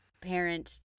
parent